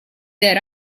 era